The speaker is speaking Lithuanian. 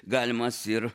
galimas ir